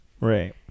right